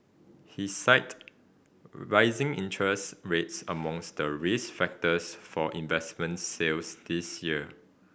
he cited rising interest rates amongst the risk factors for investment sales this year